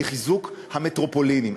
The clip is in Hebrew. חיזוק המטרופולינים.